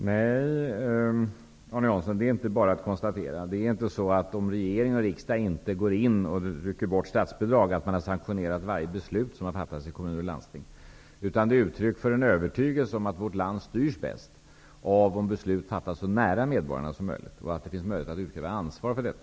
Herr talman! Nej, Arne Jansson, det är inte bara att konstatera. Det är inte så att om regering eller riksdag inte rycker bort statsbidraget så har man sanktionerat varje beslut som har fattats av kommuner och landsting, utan det är ett uttryck för en övertygelse om att vårt land styrs bäst om besluten fattas så nära medborgarna som möjligt och att det finns möjlighet att utkräva ansvar för det.